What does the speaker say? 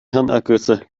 hirnergüsse